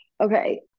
okay